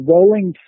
Rolling